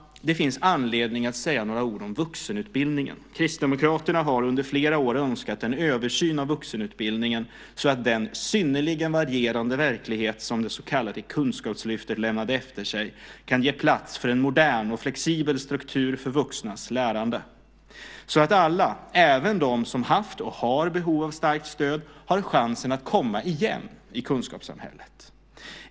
Det finns anledning att säga några ord om vuxenutbildningen. Kristdemokraterna har under flera år önskat en översyn av vuxenutbildningen så att den synnerligen varierande verklighet som det så kallade kunskapslyftet lämnade efter sig kan ge plats för en modern och flexibel struktur för vuxnas lärande, så att alla, även de som haft och har behov av starkt stöd, har chansen att komma igen i kunskapssamhället.